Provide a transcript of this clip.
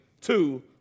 two